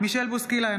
מישל בוסקילה,